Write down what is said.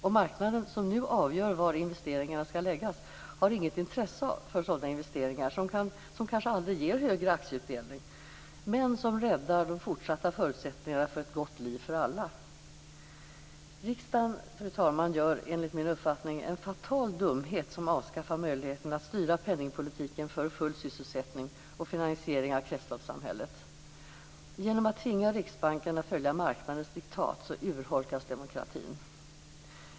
Och marknaden, som nu avgör var investeringarna skall läggas, har inget intresse för sådana investeringar som kanske aldrig ger högre aktieutdelning men som räddar de fortsatta förutsättningarna för ett gott liv för alla. Fru talman! Riksdagen gör nu enligt min uppfattning en fatal dumhet som avskaffar möjligheten att styra penningpolitiken för full sysselsättning och finansiering av kretsloppssamhället. Genom att tvinga Riksbanken att följa marknadens diktat urholkas demokratin.